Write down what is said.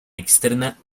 externa